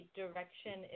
direction